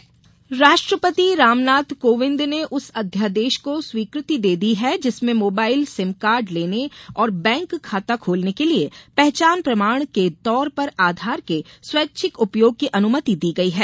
mobile अध्यादेश राष्ट्रपति रामनाथ कोविंद ने उस अध्यादेश को स्वीकृति दे दी है जिसमें मोबाइल सिम कार्ड लेने और बैंक खाता खोलने के लिए पहचान प्रमाण के तौर पर आधार के स्वैच्छिक उपयोग की अनुमति दी गई है